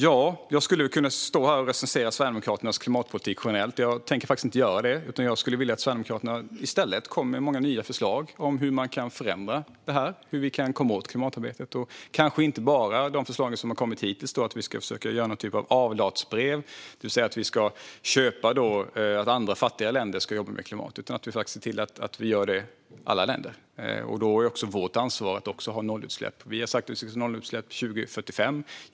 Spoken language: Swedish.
Jag skulle kunna stå här och recensera Sverigedemokraternas klimatpolitik generellt, men jag tänker faktiskt inte göra det. I stället skulle jag vilja att Sverigedemokraterna kom med många nya förslag om hur vi kan förändra detta, hur vi kan komma framåt i klimatarbetet, och då kanske inte bara de förslag som kommit hittills om att vi ska försöka göra någon typ av avlatsbrev, det vill säga att vi ska betala för att andra, fattiga länder ska jobba med klimatet. Vi ska se till att alla länder gör det. Då är det också vårt ansvar att ha nollutsläpp. Vi har sagt att vi ska ha nollutsläpp 2045.